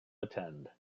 attend